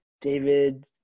David